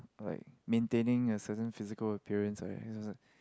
like maintaining a certain physical appearance like his was like